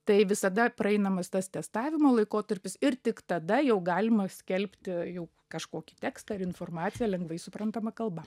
tai visada praeinamas tas testavimo laikotarpis ir tik tada jau galima skelbti jau kažkokį tekstą ir informaciją lengvai suprantama kalba